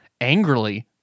Angrily